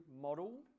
model